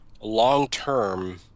long-term